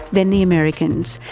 then the americans,